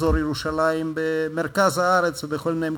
לאזור ירושלים, במרכז הארץ ובכל מיני מקומות,